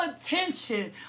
attention